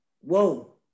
whoa